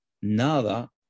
nada